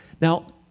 Now